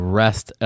rest